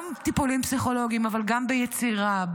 גם טיפולים פסיכולוגיים אבל גם ביצירה,